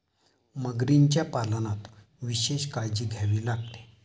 मगरीच्या पालनात विशेष काळजी घ्यावी लागते